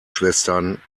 schwestern